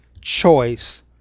choice